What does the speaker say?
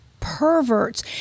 perverts